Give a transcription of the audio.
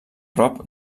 prop